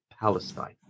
Palestine